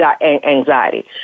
anxiety